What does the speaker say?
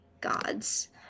gods